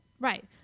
Right